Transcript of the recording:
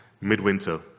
midwinter